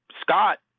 Scott